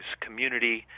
community